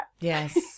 Yes